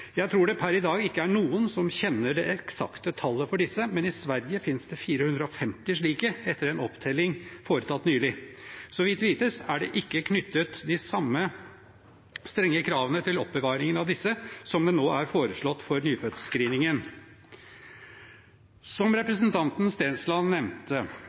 Jeg tror det per i dag ikke er noen som kjenner det eksakte tallet for disse, men i Sverige finnes det 450 slike, etter en opptelling foretatt nylig. Så vidt vites er det ikke knyttet de samme strenge kravene til oppbevaringen av disse som det nå er foreslått for nyfødtscreeningen. Som representanten Stensland nevnte,